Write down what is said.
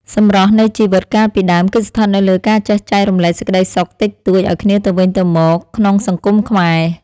សម្រស់នៃជីវិតកាលពីដើម គឺស្ថិតនៅលើការចេះចែករំលែកសេចក្ដីសុខតិចតួចឱ្យគ្នាទៅវិញទៅមកក្នុងសង្គមខ្មែរ។